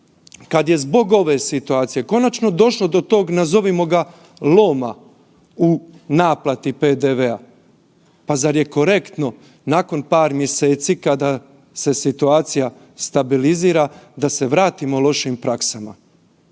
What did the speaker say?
kada je zbog ove situacije konačno došlo do toga nazovimo ga loma u naplati PDV-a, pa zar je korektno nakon par mjeseci kada se situacija stabilizira da se vratimo lošim praksama.